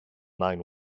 nine